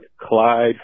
Clyde